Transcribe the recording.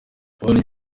paul